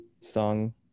song